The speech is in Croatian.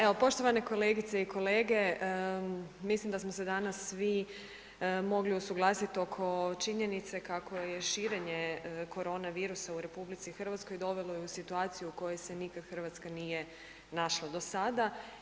Evo poštovane kolegice i kolege, mislim da smo se danas svi mogli usuglasit oko činjenice kako je širenje koronavirusa u RH dovelo i u situaciju u kojoj se nikad RH nije našla do sada.